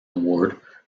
award